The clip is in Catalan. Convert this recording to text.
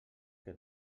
que